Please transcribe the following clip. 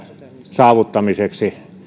saavuttamisesta